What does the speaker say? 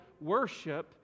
worship